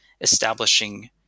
establishing